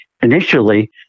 initially